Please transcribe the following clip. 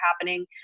happening